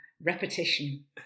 repetition